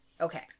Okay